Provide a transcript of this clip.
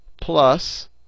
plus